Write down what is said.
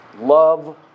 love